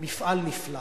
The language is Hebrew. מפעל נפלא.